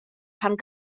pan